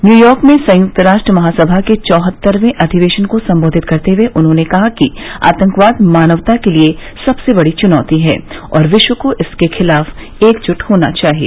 New York में संयुक्त राष्ट्र महासभा के चौहत्तर्वे अधिवेशन को सम्बोधित करते हुए उन्होंने कहा कि आतंकवाद मानवता के लिए सबसे बड़ी चुनौती है और विश्व को इसके खिलाफ एकजुट होना चाहिए